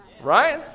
Right